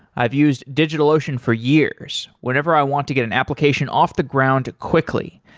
i've used digitalocean for years whenever i want to get an application off the ground quickly,